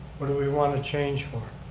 what do we want to change for?